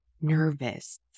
nervous